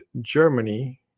Germany